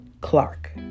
Clark